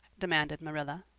demanded marilla.